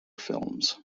films